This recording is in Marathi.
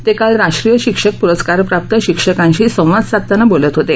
ते काल राष्ट्रीय शिक्षक पुरस्कार प्राप्त शिक्षकांशी संवाद साधताना बोलत होते